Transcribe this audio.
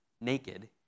Naked